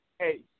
Hey